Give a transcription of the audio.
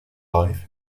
life